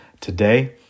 today